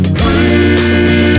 free